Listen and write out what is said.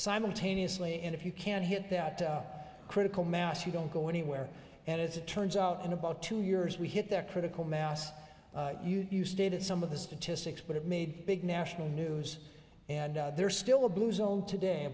simultaneously and if you can hit that critical mass you don't go anywhere and as it turns out in about two years we hit that critical mass you you stated some of the statistics but it made big national news and there's still a blue zone today